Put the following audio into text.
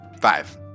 Five